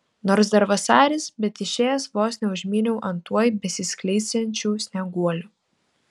nors dar vasaris bet išėjęs vos neužmyniau ant tuoj besiskleisiančių snieguolių